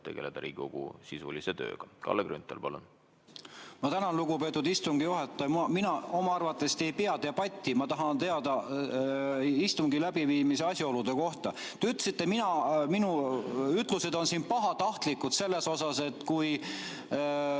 tegeleda Riigikogu sisulise tööga. Kalle Grünthal, palun! Ma tänan, lugupeetud istungi juhataja! Mina oma arvates ei pea debatti, ma tahan teada istungi läbiviimise asjaolude kohta. Te ütlesite, et minu ütlused on pahatahtlikud, mis puudutas